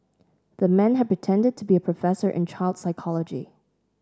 the man had pretended to be a professor in child psychology